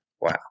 Wow